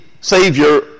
savior